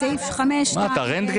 23. אף אחד לא